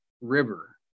river